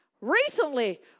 Recently